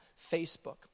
Facebook